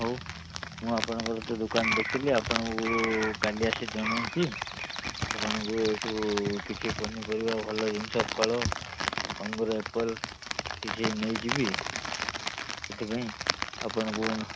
ହଉ ମୁଁ ଆପଣଙ୍କର ତ ଦୋକାନ ଦେଖିଲି ଆପଣଙ୍କୁ କାଲି ଆସି ଜଣାଇବି ଆପଣଙ୍କୁ ଏଇଠୁ କିଛି ପନିପରିବା ଭଲ ଜିନିଷ ଫଳ ଅଙ୍ଗୁର ଆପେଲ୍ କିଛି ନେଇଯିବି ସେଥିପାଇଁ ଆପଣଙ୍କୁ